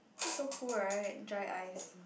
this is so cool right dry ice